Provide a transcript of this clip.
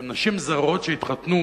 אלה נשים זרות שהתחתנו